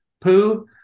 poo